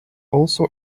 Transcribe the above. also